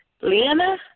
Liana